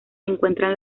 encuentran